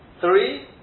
three